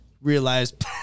realized